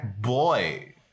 boy